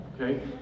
okay